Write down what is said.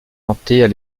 implantées